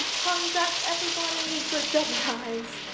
congrats everybody good job guys